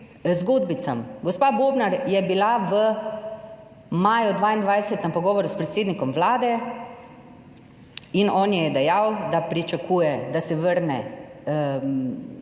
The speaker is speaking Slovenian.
zgodbicam. Gospa Bobnar je bila v maju 2022 na pogovoru s predsednikom Vlade in on je dejal, da pričakuje, da se vrne